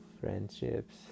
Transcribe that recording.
friendships